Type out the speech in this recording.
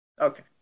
okay